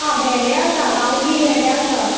हां भेंडे आसा गांवठी भेंडे आसा